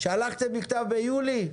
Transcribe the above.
שלחתם מכתב ביולי?